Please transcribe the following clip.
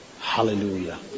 Hallelujah